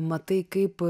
matai kaip